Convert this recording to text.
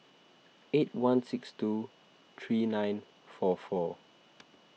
eight one six two three nine four four